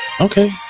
Okay